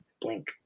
blink